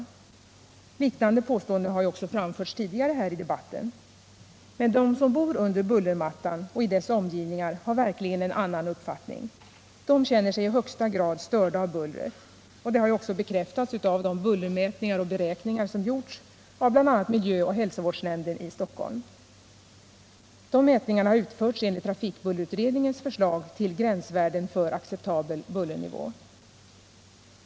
Liknande påståenden har ju också framförts tidigare i debatten. Men de som bor under bullermattan och i dess omgivningar har verkligen en annan uppfattning. De känner sig i högsta grad störda av bullret, och det har ju också bekräftats av de bullermätningar och beräkningar som gjorts av bl.a. miljöoch hälsovårdsnämnden i Stockholm. Dessa mätningar har utförts enligt trafikbullerutredningens förslag till gränsvärden för acceptabel bullernivå.